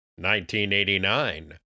1989